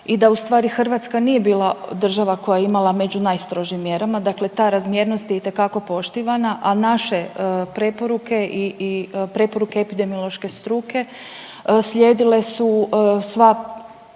i da ustvari Hrvatska nije bila država koja je imala među najstrožim mjerama, dakle ta razmjernost je itekako poštivana, a naše preporuke i, i preporuke epidemiološke struke slijedile su sva